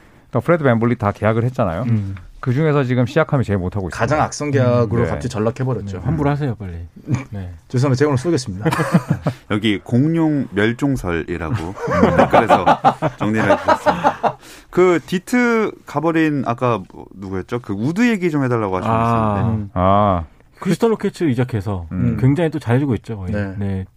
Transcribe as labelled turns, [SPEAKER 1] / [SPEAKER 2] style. [SPEAKER 1] 또 프레드 밴블리 다 계약을 했잖아요.
[SPEAKER 2] 음.
[SPEAKER 1] 그중에서 지금 시아캄이 제일 못하고 있습니다.
[SPEAKER 3] 가장 악성 계약으로
[SPEAKER 1] 음. 네.
[SPEAKER 3] 갑자기 전락해버렸죠.
[SPEAKER 2] 네, 환불하세요, 빨리. 네.
[SPEAKER 3] 죄송합니다. 제가 오늘 쏘겠습니다.
[SPEAKER 4] 여기 공룡 멸종설이라고
[SPEAKER 3] 음.
[SPEAKER 4] 댓글에서 정리를 해주셨습니다. 그 디트 가버린 아까 뭐, 누구였죠? 그 우드 얘기 좀 해달라고 하신 분 있었는데.
[SPEAKER 1] 아.
[SPEAKER 2] 음.
[SPEAKER 1] 아.
[SPEAKER 2] 크리스탈 로켓을 이적해서
[SPEAKER 4] 음.
[SPEAKER 2] 굉장히 또 잘해주고 있죠, 거의.
[SPEAKER 1] 네.
[SPEAKER 2] 네.